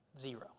Zero